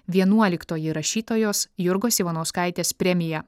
vienuoliktoji rašytojos jurgos ivanauskaitės premija